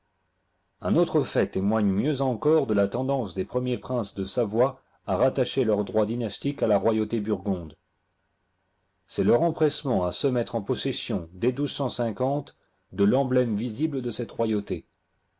un autre fait témoigne mieux encore de la tendance des premiers princes de savoie à rattacher leur droit dynastique à la royauté burgondc c'est leur empressement à se mettre en possession dès de l'emblème visible do cette rovauté